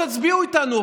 תצביעו איתנו,